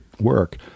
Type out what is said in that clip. work